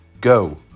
go